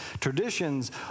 Traditions